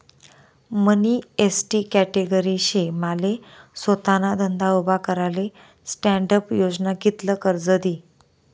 मनी ST category शे माले सोताना धंदा उभा कराले स्टॅण्डअप योजना कित्ल कर्ज दी?